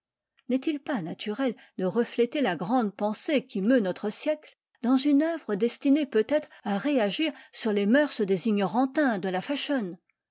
n'est-il pas naturel de refléter la grande pensée qui meut notre siècle dans une œuvre destinée peut-être à réagir sur les mœurs des ignorantins de la